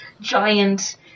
giant